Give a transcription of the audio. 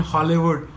Hollywood